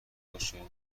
باشه